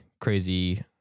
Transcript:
crazy